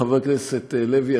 חבר הכנסת לוי,